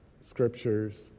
scriptures